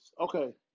Okay